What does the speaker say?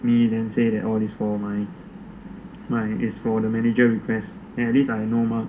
me then say that all this for my my is for the manager request then at least I know mah